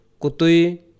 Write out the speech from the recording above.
Kutui